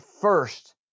first